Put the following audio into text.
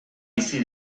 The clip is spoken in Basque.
bizi